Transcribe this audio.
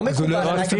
שלא מקובל עלי.